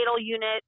unit